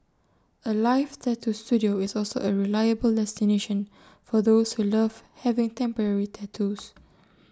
alive tattoo Studio is also A reliable destination for those who love having temporary tattoos